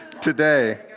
Today